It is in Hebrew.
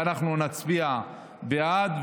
ואנחנו נצביע בעד,